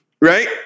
right